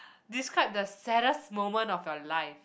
describe the saddest moment of your life